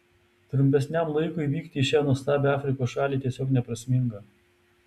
trumpesniam laikui vykti į šią nuostabią afrikos šalį tiesiog neprasminga